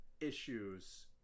issues